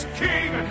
king